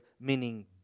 meaning